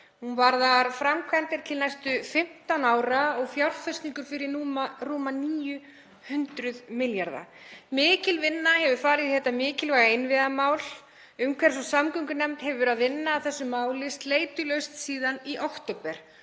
Hún varðar framkvæmdir til næstu 15 ára og fjárfestingu fyrir rúma 900 milljarða. Mikil vinna hefur farið í þetta mikilvæga innviðamál. Umhverfis- og samgöngunefnd hefur verið að vinna að þessu máli sleitulaust síðan í október.